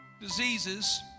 diseases